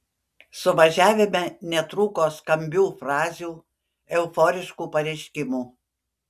suvažiavime netrūko skambių frazių euforiškų pareiškimų